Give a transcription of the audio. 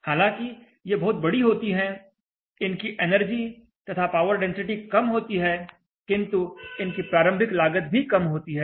हालांकि ये बहुत बड़ी होती हैं इनकी एनर्जी तथा पावर डेंसिटी कम होती है किंतु इनकी प्रारंभिक लागत भी कम होती है